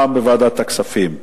גם בוועדת הכספים,